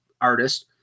artist